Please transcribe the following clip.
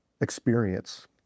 experience